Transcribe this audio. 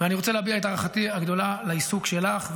ואני רוצה להביע את הערכתי הגדולה לעיסוק שלך,